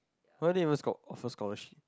why they never off~ offer scholarship